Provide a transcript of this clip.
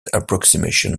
approximation